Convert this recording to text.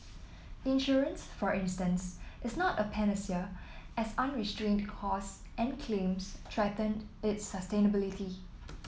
insurance for instance is not a panacea as unrestrained costs and claims threaten its sustainability